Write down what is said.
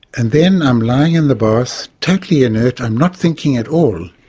and then i'm lying in the bath, totally inert, i'm not thinking at all,